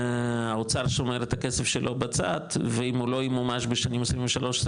האוצר שומר את הכסף שלו בצד ואם הוא לא ימומש בשנים 23-24,